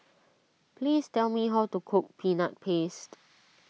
please tell me how to cook Peanut Paste